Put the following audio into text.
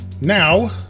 now